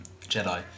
Jedi